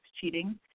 cheating